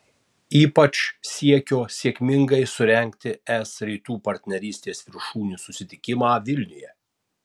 ypač siekio sėkmingai surengti es rytų partnerystės viršūnių susitikimą vilniuje